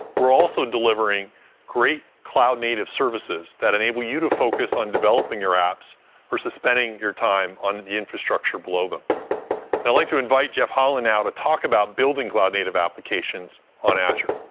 we're also delivering great cloud native services that enable you to focus on developing your apps versus spending your time on the infrastructure below them. and i'd like to invite jeff hollan now to talk about building cloud native applications on azure.